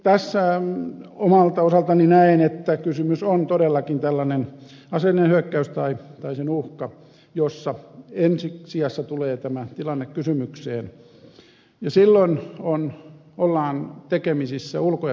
tässä omalta osaltani näen että kyseessä on todellakin tällainen aseellinen hyökkäys tai sen uhka joissa ensi sijassa tulee tämä tilanne kysymykseen ja silloin ollaan tekemisissä ulko ja turvallisuuspolitiikan kanssa